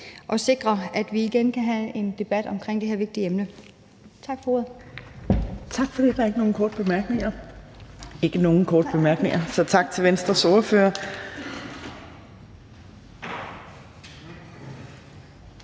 har sikret, at vi igen kan have en debat om det her vigtige emne. Tak for ordet. Kl. 11:38 Fjerde næstformand (Trine Torp): Der er ikke nogen korte bemærkninger, så tak til Venstres ordfører.